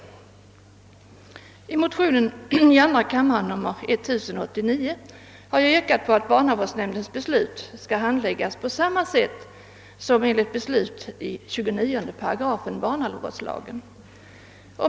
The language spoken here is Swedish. I motion II:1089 har jag yrkat på att barnavårdsnämnds «beslut skall handläggas på samma sätt som beslut enligt 29 § barnavårdslagen.